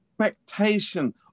expectation